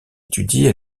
étudié